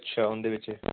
ਆੱਛਾ ਉਨਦੇ ਵਿੱਚ